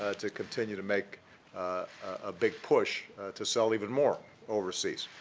ah to continue to make a big push to sell even more overseas.